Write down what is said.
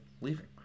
leaving